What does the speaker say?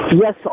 Yes